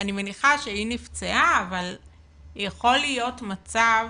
אני מניחה שהיא נפצעה אבל יכול להיות מצב